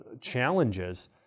challenges